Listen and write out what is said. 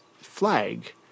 flag